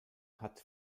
hat